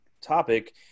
topic